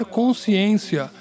consciência